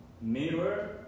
mirror